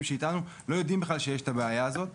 שאיתנו לא יודעים שיש את הבעיה הזאת.